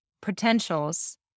potentials